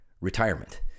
retirement